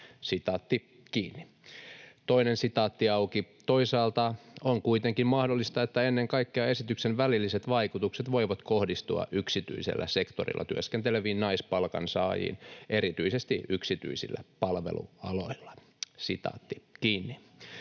asema heikentyy entisestään.” ”Toisaalta on kuitenkin mahdollista, että ennen kaikkea esityksen välilliset vaikutukset voivat kohdistua yksityisellä sektorilla työskenteleviin naispalkansaajiin erityisesti yksityisillä palvelualoilla.” Kun